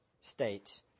states